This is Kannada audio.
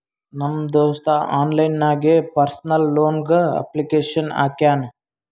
ನಮ್ ದೋಸ್ತ ಆನ್ಲೈನ್ ನಾಗೆ ಪರ್ಸನಲ್ ಲೋನ್ಗ್ ಅಪ್ಲಿಕೇಶನ್ ಹಾಕ್ಯಾನ್